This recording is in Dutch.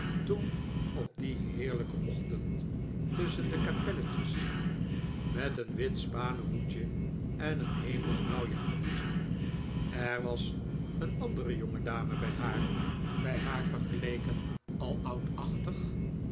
toen op dien heerlijken ochtend tusschen de kapelletjes met een wit spanen hoedje en een hemelsblauw japonnetje er was een andere jongedame bij haar bij haar vergeleken al oudachtig